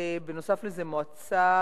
בנוסף לזה יש מועצה